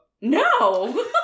No